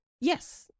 Yes